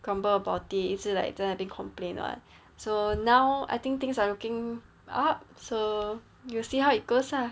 crumble about it 一直 like 真的被 complain [what] so now I think things are looking up so you'll see how it goes ah